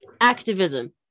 activism